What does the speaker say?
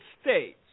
States